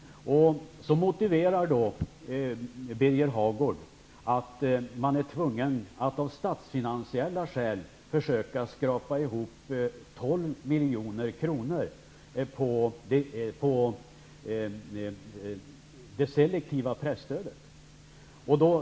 Birger Hagård motiverar regeringens förslag med att man är tvungen av statsfinansiella skäl att försöka skrapa ihop 12 milj.kr. på det selektiva presstödet.